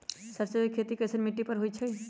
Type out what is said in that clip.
सरसों के खेती कैसन मिट्टी पर होई छाई?